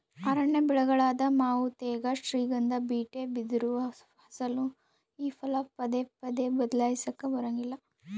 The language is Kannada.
ಅರಣ್ಯ ಬೆಳೆಗಳಾದ ಮಾವು ತೇಗ, ಶ್ರೀಗಂಧ, ಬೀಟೆ, ಬಿದಿರು, ಹಲಸು ಈ ಫಲ ಪದೇ ಪದೇ ಬದ್ಲಾಯಿಸಾಕಾ ಬರಂಗಿಲ್ಲ